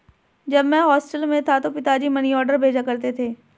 जब मैं हॉस्टल में था तो पिताजी मनीऑर्डर भेजा करते थे